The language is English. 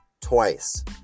twice